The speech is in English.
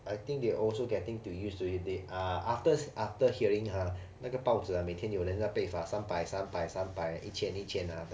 I think they also getting to use to it they ah after after hearing uh 那个报纸啊每天都有人家被罚三百三百三百一千一千啊